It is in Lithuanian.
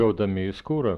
gaudami į skūrą